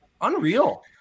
Unreal